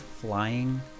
flying